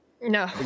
No